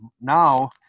Now